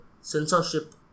censorship